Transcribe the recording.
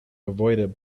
avoided